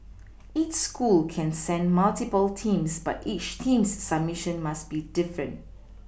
each school can send multiple teams but each team's subMission must be different